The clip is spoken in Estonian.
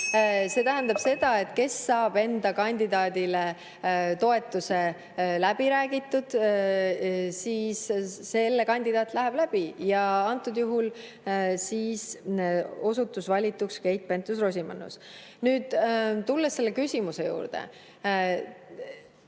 See tähendab seda, et kes saab enda kandidaadile toetuse läbi räägitud, selle kandidaat läheb läbi. Antud juhul osutus valituks Keit Pentus-Rosimannus. Nüüd tulen selle küsimuse juurde.